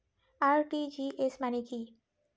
RTGS মানে কি?